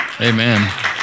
Amen